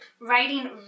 Writing